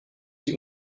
die